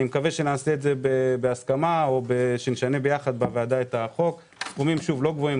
אני מקווה שנעשה את זה בהסכמה או שנשנה יחד את החוק סכומים לא גבוהים,